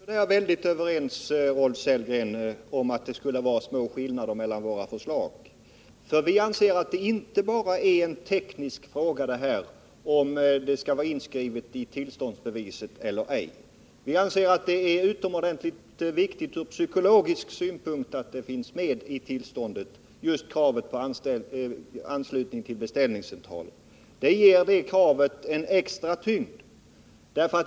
Herr talman! Jag tror inte, Rolf Sellgren, att jag kan hålla med om att det bara är små skillnader mellan våra förslag. Atti tillstånden skriva in kravet på anslutning till gemensam beställningscentral anser vi inte vara enbart en teknisk fråga. Vi anser att det är utomordentligt viktigt ur psykologisk synpunkt att kravet på anslutning till beställningscentral finns med vid tillståndsgivningen. Det ger detta krav en extra tyngd.